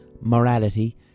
morality